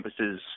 campuses